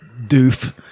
doof